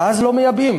ואז לא מייבאים.